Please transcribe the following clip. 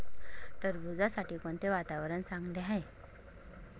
टरबूजासाठी कोणते वातावरण चांगले आहे?